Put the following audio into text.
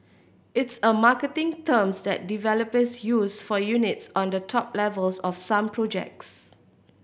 it's a marketing terms that developers use for units on the top levels of some projects